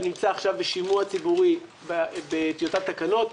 ונמצא עכשיו בשימוע ציבורי בטיוטת תקנות,